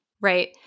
Right